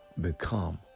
become